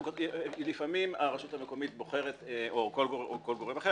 לפעמים הרשות המקומית בוחרת או כל גורם אחר